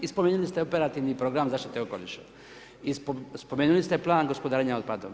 I spominjali ste operativni program zaštite okoliša i spomenuli ste Plan gospodarenja otpadom.